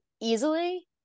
easily